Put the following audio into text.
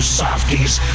softies